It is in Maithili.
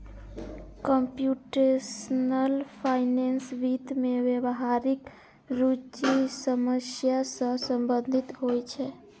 कंप्यूटेशनल फाइनेंस वित्त मे व्यावहारिक रुचिक समस्या सं संबंधित होइ छै